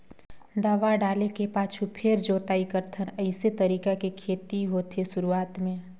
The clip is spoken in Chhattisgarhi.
दवा डाले के पाछू फेर जोताई करथन अइसे तरीका के खेती होथे शुरूआत में